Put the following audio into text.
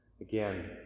Again